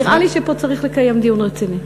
נראה לי שפה צריך לקיים דיון רציני.